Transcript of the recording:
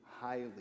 highly